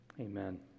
Amen